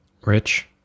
Rich